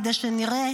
כדי שנראה